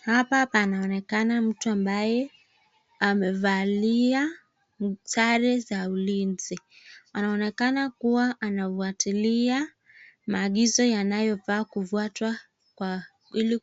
Hapa panaonekana mtu ambaye amevalia sare za ulinzi , anaonekana kuwa anafuatilia maagizo yanayofaa kufuatwa ili